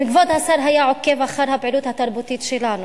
אם כבוד השר היה עוקב אחר הפעילות התרבותית שלנו,